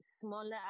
smaller